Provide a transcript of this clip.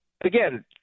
again